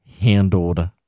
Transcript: handled